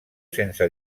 sense